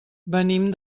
venim